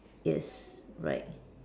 yes right